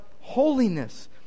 holiness